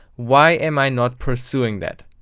why am i not pursuing that.